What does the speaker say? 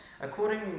according